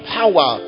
power